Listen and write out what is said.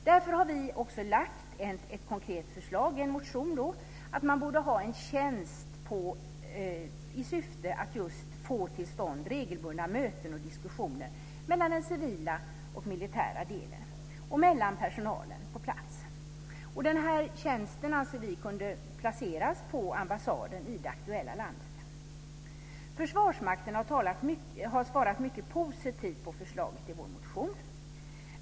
Därför har vi också lagt fram ett konkret förslag i en motion om att man borde ha en tjänst i syfte att få till stånd regelbundna möten och diskussioner mellan den civila och militära delen och mellan personalen på plats. Den tjänsten anser vi kunde placeras på ambassaden i det aktuella landet. Försvarsmakten har svarat mycket positivt på förslaget i vår motion.